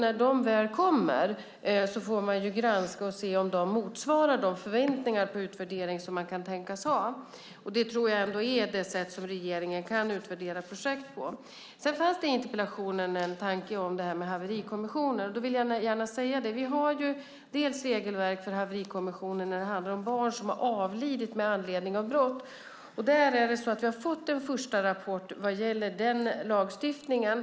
När de väl kommer får vi granska och se om de motsvarar de förväntningar på utvärdering som kan tänkas finnas. Det är ändå det sätt som regeringen kan utvärdera projekt på. I interpellationen fanns en tanke om en haverikommission. Det finns ett regelverk för haverikommissioner när det handlar om barn som har avlidit med anledning av brott. Där har vi en första rapport vad gäller den lagstiftningen.